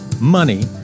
money